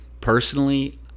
personally